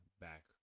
back